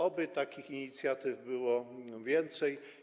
Oby takich inicjatyw było więcej.